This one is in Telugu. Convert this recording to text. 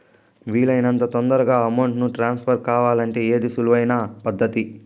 వీలు అయినంత తొందరగా అమౌంట్ ను ట్రాన్స్ఫర్ కావాలంటే ఏది సులువు అయిన పద్దతి